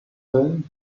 then